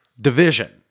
division